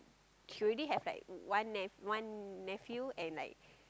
she already have like one ne~ one nephew and like